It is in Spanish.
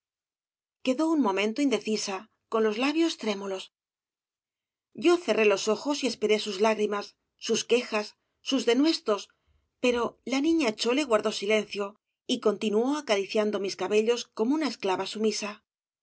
quedó un momento indecisa con los labios trémulos yo cerré los ojos y esperé sus lágrimas sus quejas sus denuestos pero la niña chole guardó silencio y continuó acariciando mis cabellos como una esclava sumisa